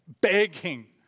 begging